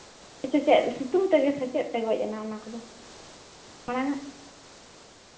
ᱥᱮ ᱪᱮᱫ ᱥᱮᱛᱳᱝ ᱛᱮᱜᱮ ᱥᱮ ᱪᱮᱫ ᱛᱮ ᱜᱚᱡ ᱮᱱᱟ ᱚᱱᱟ ᱠᱚᱫᱚ ᱢᱟᱲᱟᱝᱼᱟᱜ